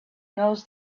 knows